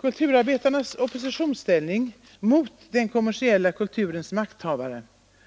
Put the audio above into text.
Kulturarbetarnas oppositionsställning mot den kommersiella kulturens makthavare